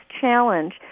challenge